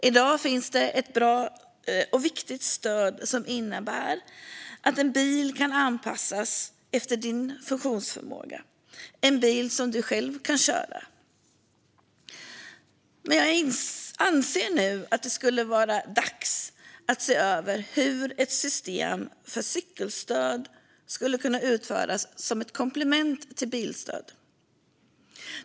I dag finns ett bra och viktigt stöd som innebär att en bil kan anpassas efter din funktionsförmåga, en bil som du själv kan köra. Jag anser att det nu skulle vara dags att se över hur ett system för cykelstöd skulle kunna införas som komplement till bilstöd.